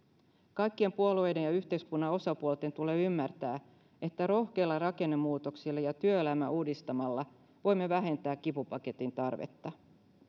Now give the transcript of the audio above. kaikkien puolueiden ja yhteiskunnan osapuolten tulee ymmärtää että rohkeilla rakennemuutoksilla ja työelämää uudistamalla voimme vähentää kipupaketin tarvetta